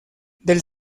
del